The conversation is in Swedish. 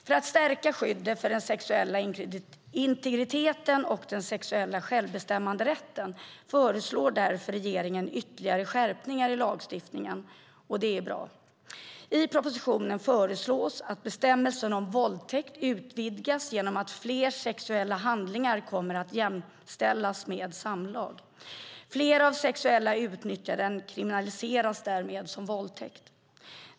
För att stärka skyddet för den sexuella integriteten och den sexuella självbestämmanderätten föreslår därför regeringen ytterligare skärpningar i lagstiftningen, och det är bra. I propositionen föreslås att bestämmelsen om våldtäkt utvidgas genom att fler sexuella handlingar kommer att jämställas med samlag. Fler fall av sexuella utnyttjanden kriminaliseras därmed som våldtäkt.